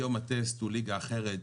היום הטסט הוא ליגה אחרת,